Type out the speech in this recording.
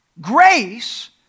grace